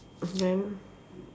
then